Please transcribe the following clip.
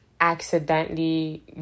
accidentally